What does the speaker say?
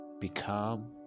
become